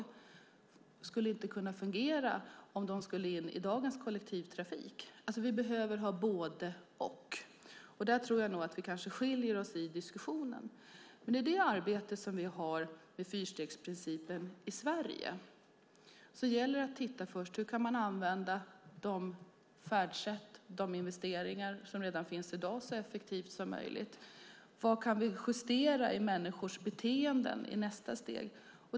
Det skulle inte fungera om de skulle in i dagens kollektivtrafik. Vi behöver alltså ha både och. Jag tror att vi skiljer oss i den diskussionen. Men i det arbete som vi har med fyrstegsprincipen i Sverige gäller det att först titta på hur man kan använda de färdsätt och de investeringar som redan i dag finns så effektivt som möjligt. Vad kan vi justera i människors beteenden i nästa steg?